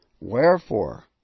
Wherefore